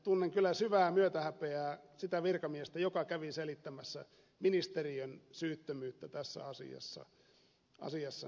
tunnen kyllä syvää myötähäpeää sitä virkamiestä kohtaan joka kävi selittämässä ministeriön syyttömyyttä tässä asiassa